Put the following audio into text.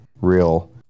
real